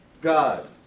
God